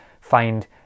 find